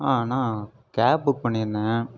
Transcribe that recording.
ஆ அண்ணா cab book பண்ணியிருந்தேன்